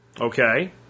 okay